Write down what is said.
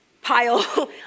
pile